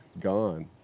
gone